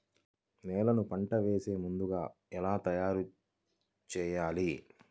నేలను పంట వేసే ముందుగా ఎలా తయారుచేయాలి?